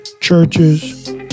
Churches